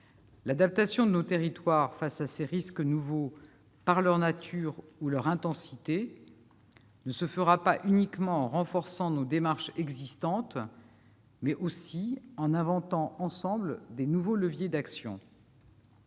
L'adaptation de nos territoires face à ces risques nouveaux par leur nature ou leur intensité ne se fera pas uniquement en renforçant nos démarches existantes : il nécessitera aussi que nous inventions, ensemble, de nouveaux leviers d'action.